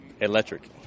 electric